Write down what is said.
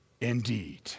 indeed